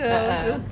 a'ah